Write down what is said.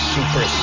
Super